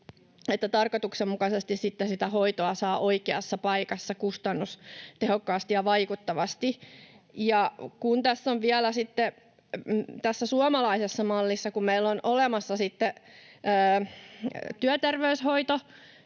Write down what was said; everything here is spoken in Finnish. että tarkoituksenmukaisesti sitten sitä hoitoa saa oikeassa paikassa kustannustehokkaasti ja vaikuttavasti. Ja kun tässä suomalaisessa mallissa meillä on olemassa sitten työterveyshoito